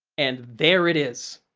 and there it is.